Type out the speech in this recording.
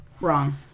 Wrong